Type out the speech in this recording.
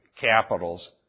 capitals